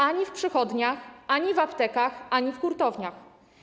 Ani w przychodniach, ani w aptekach, ani w hurtowniach.